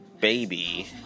Baby